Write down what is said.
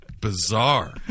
Bizarre